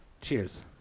Cheers